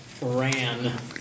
ran